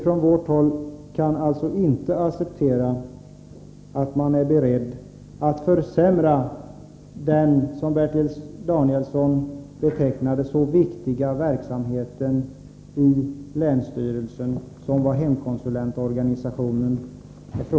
Från vårt håll kan vi inte acceptera att man är beredd att försämra den som Bertil Danielsson betecknade som så viktiga verksamheten inom länsstyrelsen som hemkonsulentorganisationen är.